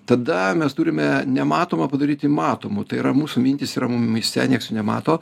tada mes turime nematomą padaryti matomu tai yra mūsų mintys yra mumyse nieks nemato